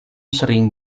sering